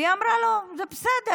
והיא אמרה לו: זה בסדר.